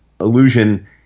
illusion